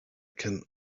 can